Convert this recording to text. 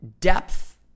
depth